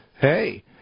Hey